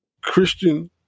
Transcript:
Christian